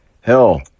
hell